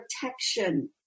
protection